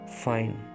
fine